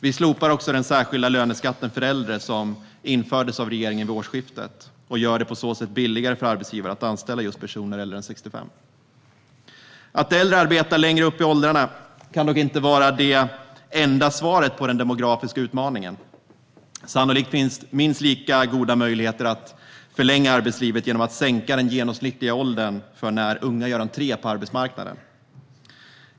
Vi slopar också den särskilda löneskatten för äldre som infördes av regeringen vid årsskiftet och gör det på så sätt billigare för arbetsgivare att anställa just personer äldre än 65. Att äldre arbetar längre upp i åldrarna kan dock inte vara det enda svaret på den demografiska utmaningen. Sannolikt finns minst lika goda möjligheter att förlänga arbetslivet genom att sänka den genomsnittliga åldern för när unga gör entré på arbetsmarknaden.